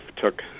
took